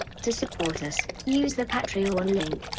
to support us, use the patreon link.